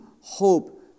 hope